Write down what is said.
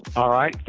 alright,